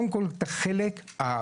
קודם כל את החלק הממוני,